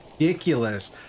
ridiculous